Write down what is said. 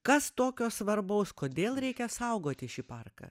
kas tokio svarbaus kodėl reikia saugoti šį parką